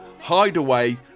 Hideaway